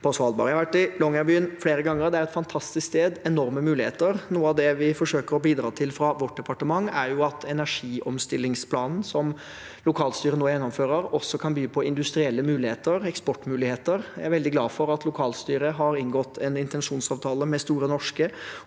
på Svalbard. Jeg har vært i Longyearbyen flere ganger, og det er et fantastisk sted med enorme muligheter. Noe av det vi forsøker å bidra til fra vårt departement, er at energiomstillingsplanen, som lokalstyret nå gjennomfører, også kan by på industrielle muligheter, eksportmuligheter. Jeg veldig glad for at lokalstyret har inngått en intensjonsavtale med Store Norske